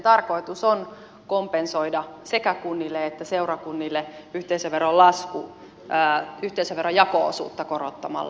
tarkoitus on kompensoida sekä kunnille että seurakunnille yhteisöveron lasku yhteisöveron jako osuutta korottamalla